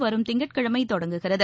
வரும் திங்கட்கிழமை தொடங்குகிறது